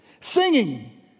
Singing